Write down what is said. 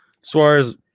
Suarez